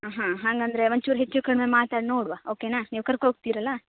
ಹಾಂ ಹಂಗಾದ್ರೆ ಒಂಚೂರು ಹೆಚ್ಚೂಕಡಿಮೆ ಮಾತಾಡಿ ನೋಡುವಾ ಓಕೆನಾ ನೀವು ಕರ್ಕೋ ಹೋಗ್ತೀರಲ್ಲ